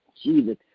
Jesus